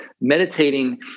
meditating